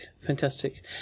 Fantastic